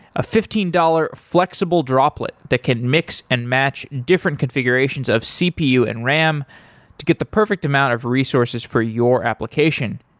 a fifteen dollars flexible droplet that can mix and match different configurations of cpu and ram to get the perfect amount of resources for your application.